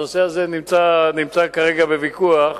הנושא הזה נמצא כרגע בוויכוח,